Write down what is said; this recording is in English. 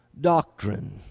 doctrine